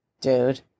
dude